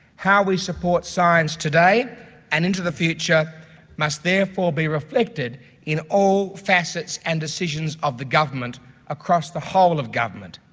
how we support science today and into the future must therefore be reflected in all facets and decisions of the government across the whole of government.